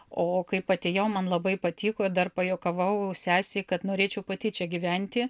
o kaip atėjau man labai patiko dar pajuokavau sesei kad norėčiau pati čia gyventi